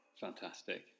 Fantastic